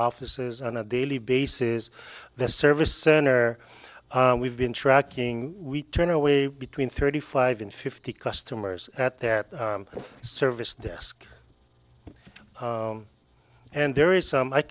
offices on a daily basis the service center we've been tracking we turn away between thirty five and fifty customers at that service desk and there is